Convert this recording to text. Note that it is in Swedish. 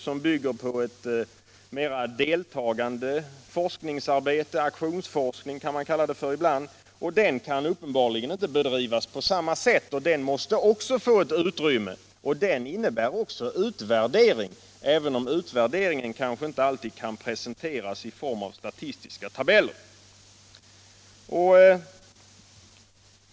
Den bygger på ett mera deltagande forskningsarbete — aktionsforskning kan man ibland kalla den för. Den kan uppenbarligen inte bedrivas på samma sätt, men den måste också få ett utrymme. Den innebär också utvärdering, även om utvärderingen kanske inte alltid kan presenteras i form av statistiska tabeller.